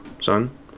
son